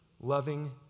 loving